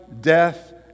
Death